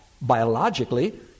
biologically